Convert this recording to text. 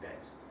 games